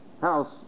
house